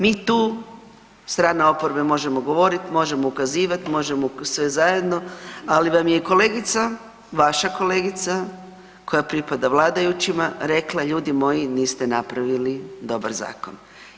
Mi tu strana oporbe možemo govoriti, možemo ukazivati, možemo sve zajedno, ali vam je kolegica, vaša kolegica koja pripada vladajućima rekla ljudi moji niste napravili dobar zakon.